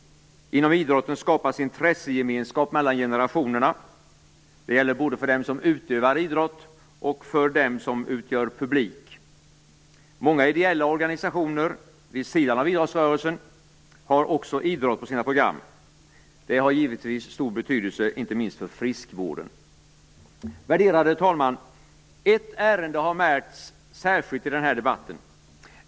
Inom idrotten skapas intressegemenskap mellan generationerna. Det gäller både för dem som utövar idrott och för dem som utgör publik. Många ideella organisationer - vid sidan av idrottsrörelsen - har också idrott på sina program. Det har givetvis stor betydelse, inte minst för friskvården. Värderade talman! Ett ärende har märkts särskilt i den här debatten.